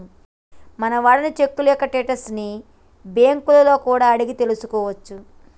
మనం వాడిన చెక్కు యొక్క స్టేటస్ ని కూడా బ్యేంకులలో అడిగి తెల్సుకోవచ్చు